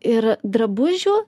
ir drabužių